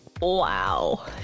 Wow